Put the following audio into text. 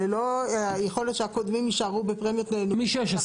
יכול להיות שהקודמים יישארו בפרמיות --- בסדר,